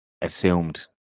assumed